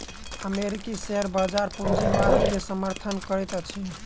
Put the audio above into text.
अमेरिकी शेयर बजार पूंजीवाद के समर्थन करैत अछि